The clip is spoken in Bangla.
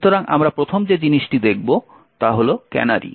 সুতরাং আমরা প্রথম যে জিনিসটি দেখব তা হল ক্যানারি